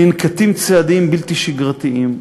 ננקטים צעדים בלתי שגרתיים.